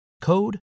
code